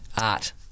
art